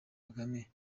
kagame